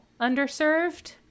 underserved